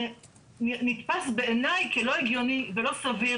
זה נתפס בעיניי כלא הגיוני ולא סביר.